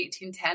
1810